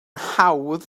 hawdd